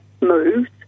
moves